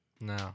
No